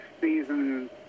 season